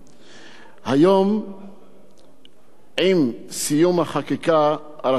עם סיום החקיקה, הרשות לכבאות הופכת לכבאות ארצית